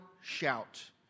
shout